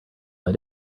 let